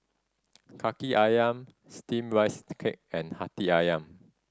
Kaki Ayam steamed rice to cake and Hati Ayam